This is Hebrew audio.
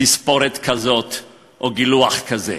תספורת כזאת או גילוח כזה.